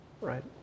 right